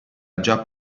già